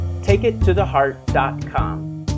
TakeItToTheHeart.com